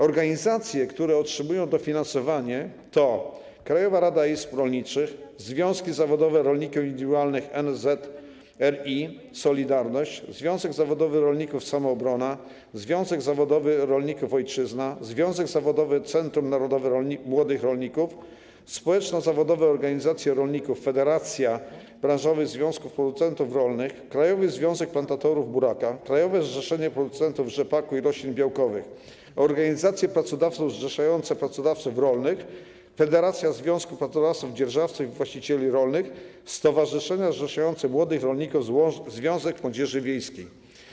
Organizacje, które otrzymują dofinansowanie, to: Krajowa Rada Izb Rolniczych, związki zawodowe rolników indywidualnych, NSZZ RI „Solidarność”, Związek Zawodowy Rolnictwa „Samoobrona”, Związek Zawodowy Rolników „Ojczyzna”, Związek Zawodowy Centrum Narodowe Młodych Rolników, społeczno-zawodowe organizacje rolników, Federacja Branżowych Związków Producentów Rolnych, Krajowy Związek Plantatorów Buraka Cukrowego, Krajowe Zrzeszenie Producentów Rzepaku i Roślin Białkowych, organizacje pracodawców zrzeszające pracodawców rolnych, Federacja Związków Pracodawców - Dzierżawców i Właścicieli Rolnych, stowarzyszenia zrzeszające młodych rolników, Związek Młodzieży Wiejskiej.